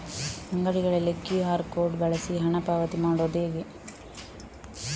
ಅಂಗಡಿಗಳಲ್ಲಿ QR code ಬಳಸಿ ಹಣ ಪಾವತಿ ಮಾಡೋದು ಹೇಗೆ?